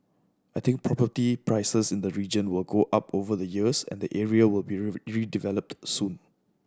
I think property prices in the region will go up over the years and the area will be redeveloped soon